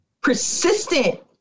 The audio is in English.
persistent